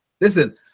listen